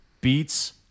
beats